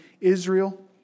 Israel